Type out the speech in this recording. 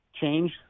change